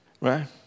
right